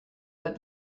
let